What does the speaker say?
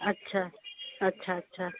अच्छा अच्छा अच्छा